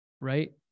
right